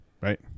right